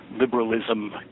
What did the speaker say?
liberalism